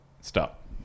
stop